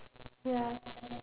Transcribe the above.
ya